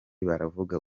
baravuga